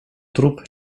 trup